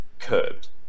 curbed